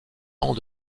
ans